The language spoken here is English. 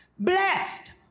Blessed